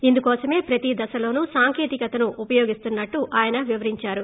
ఇందుకోసమే ప్రతిదశలోనూ సాంకేతికతను ఉపయోగిస్తున్నట్లు ఆయన వివరిందారు